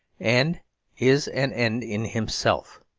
and is an end in himself.